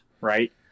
right